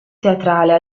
teatrale